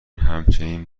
همچنین